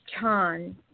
Chan